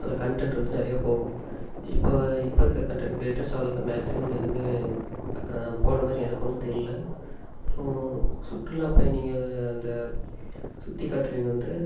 ஆனால் கன்டென்ட் வந்து நிறையா போகும் இப்போ இப்போ இருக்கிற கன்டென்ட் கிரியேட்டர் அவ்வளவுக்கா மேக்ஸிமம் எதுவுமே போடுற மாதிரி எனக்கு ஒன்றும் தெரில அப்புறம் சுற்றுலா பயணிங்க அந்த சுற்றி காட்றவங்க வந்து